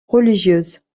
religieuse